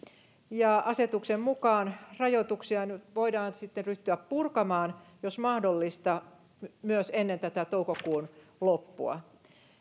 ja asetuksen mukaan rajoituksia voidaan sitten ryhtyä purkamaan jos mahdollista myös ennen tätä toukokuun loppua